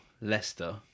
Leicester